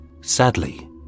Sadly